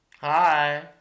Hi